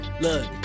look